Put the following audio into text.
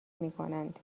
میکنند